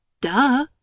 Duh